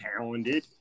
talented